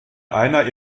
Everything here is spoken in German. einer